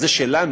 "זה שלנו,